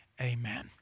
Amen